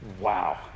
Wow